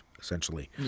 essentially